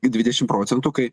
dvidešim procentų kai